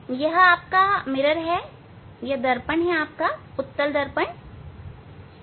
यह दर्पण उत्तल दर्पण है